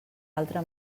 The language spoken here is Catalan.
altra